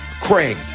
craig